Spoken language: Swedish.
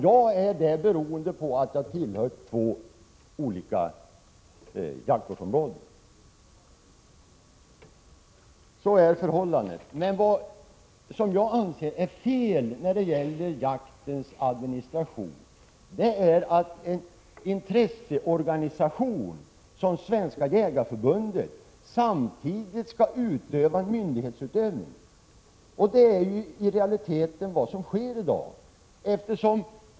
Det är jag, beroende på att jag tillhör två olika jaktvårdsområden. Det jag anser vara fel med jaktens administration är att en intresseorganisation som Svenska jägareförbundet samtidigt skall fullgöra en myndighetsutövning. Det är vad som i realiteten sker i dag.